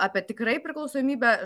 apie tikrai priklausomybę